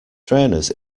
trainers